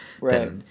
Right